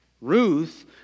Ruth